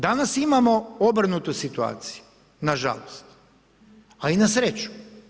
Danas imamo obrnutu situaciju, nažalost, ali i na sreću.